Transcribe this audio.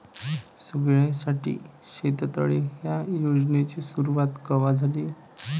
सगळ्याइसाठी शेततळे ह्या योजनेची सुरुवात कवा झाली?